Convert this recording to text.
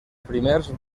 primers